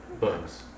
bugs